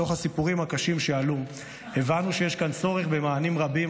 מתוך הסיפורים הקשים שעלו הבנו שיש כאן צורך במענים רבים,